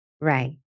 Right